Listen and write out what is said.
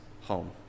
home